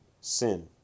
Sin